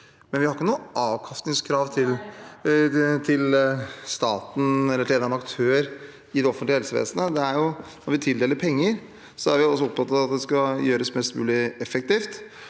Vi har ikke noen avkastningskrav til staten eller til en eller annen aktør i det offentlige helsevesenet. Når vi tildeler penger, er vi opptatt av at det skal gjøres mest mulig effektivt,